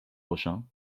prochain